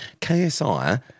KSI